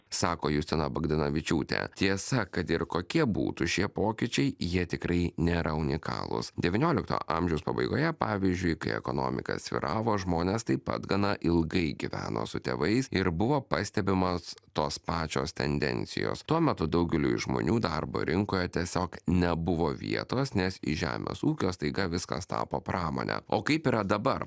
sako justina bagdonavičiūtė tiesa kad ir kokie būtų šie pokyčiai jie tikrai nėra unikalūs devyniolikto amžiaus pabaigoje pavyzdžiui kai ekonomika svyravo žmonės taip pat gana ilgai gyveno su tėvais ir buvo pastebimos tos pačios tendencijos tuo metu daugeliui žmonių darbo rinkoje tiesiog nebuvo vietos nes žemės ūkio staiga viskas tapo pramone o kaip yra dabar